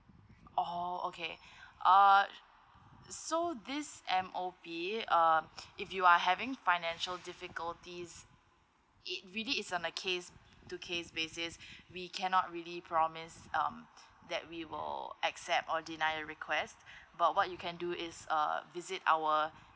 orh okay ah so this M_O_P um if you are having financial difficulties it really is on a case to case basis we cannot really promise um that we will accept or deny a request but what you can do is uh visit our